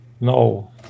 No